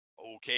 okay